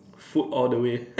food all the way